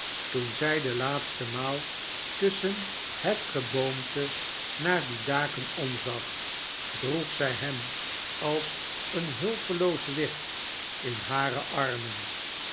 toen zij de laatste maal tusschen het geboomte naar die daken omzag droeg zij hem als een hulpeloos wicht in hare armen